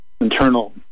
internal